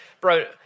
bro